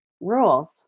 rules